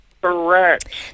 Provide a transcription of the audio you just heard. Correct